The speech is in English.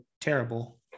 terrible